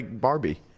Barbie